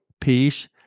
peace